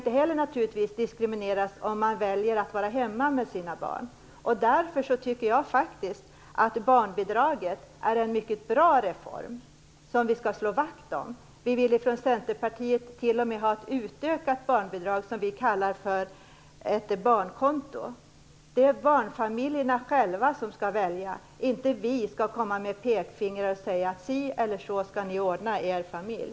Inte heller skall man diskrimineras om man väljer att vara hemma med sina barn. Därför tycker jag att barnbidraget är en mycket bra reform som man skall slå vakt om. Vi inom Centerpartiet vill t.o.m. ha ett utökat barnbidrag, som vi kallar för barnkonto. Det är familjerna själva som skall välja. Vi politiker skall inte komma med pekpinnar och säga: Si eller så skall ni ordna i er familj!